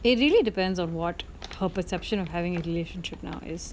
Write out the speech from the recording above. it really depends on what her perception of having a relationship now is